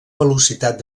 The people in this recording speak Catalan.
velocitat